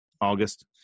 August